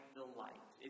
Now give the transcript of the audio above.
delight